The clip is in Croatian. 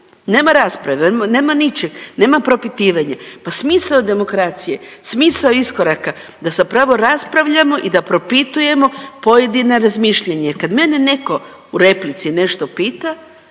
Nema rasprave, nema ničeg nema propitivanja, pa smisao demokracije, smisao iskoraka da zapravo raspravljamo i da propitujemo pojedina razmišljanja. Kad mene neko u replici nešto pita